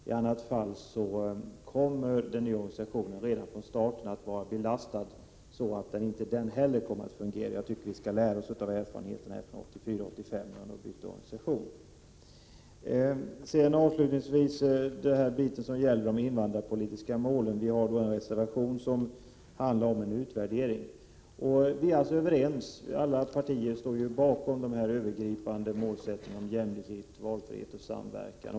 I annat fall kommer den nya organisationen redan från starten att vara så belastad att inte heller den kommer att kunna fungera. Jag anser att vi måste ta lärdom av erfarenheterna från 1984 och 1985 då vi bytte organisation. Till slut vill jag åter beröra vår reservation om en utvärdering av de invandrarpolitiska målen. Alla partier står ju bakom de övergripande målen om jämlikhet, valfrihet och samverkan.